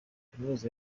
kaminuza